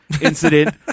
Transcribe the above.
incident